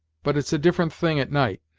but it's a different thing at night.